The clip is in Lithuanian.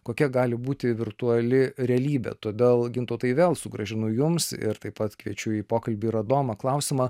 kokia gali būti virtuali realybė todėl gintautai vėl sugrąžinu jums ir taip pat kviečiu į pokalbį ir adomą klausimą